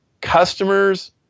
customers